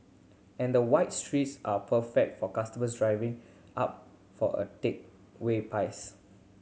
and the wide streets are perfect for customers driving up for a takeaway pies